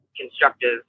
constructive